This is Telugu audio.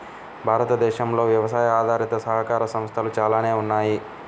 భారతదేశంలో వ్యవసాయ ఆధారిత సహకార సంస్థలు చాలానే ఉన్నాయి